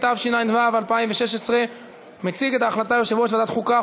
התשע"ו 2016. מציג את ההחלטה יושב-ראש ועדת החוקה,